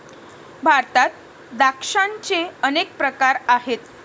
भारतात द्राक्षांचे अनेक प्रकार आहेत